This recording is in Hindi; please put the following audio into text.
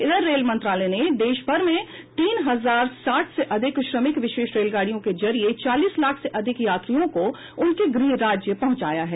इधर रेल मंत्रालय ने देश भर में तीन हजार साठ से अधिक श्रमिक विशेष रेलगाडियों के जरिये चालीस लाख से अधिक यात्रियों को उनके गृह राज्य पहुंचाया है